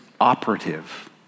operative